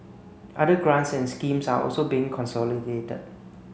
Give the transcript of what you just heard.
other grants and schemes are also being consolidated